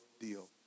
deal